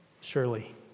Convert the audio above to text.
Surely